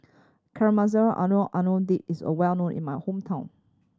Caramelized Onion Dip is a well known in my hometown